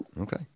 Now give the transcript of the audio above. okay